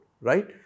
right